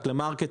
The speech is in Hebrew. לשיווק,